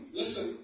listen